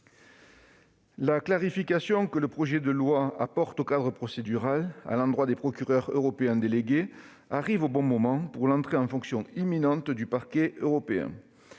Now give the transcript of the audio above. La clarification que le projet de loi apporte au cadre procédural, à l'endroit des procureurs européens délégués, arrive au bon moment, pour l'entrée en fonction imminente du Parquet européen.